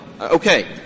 okay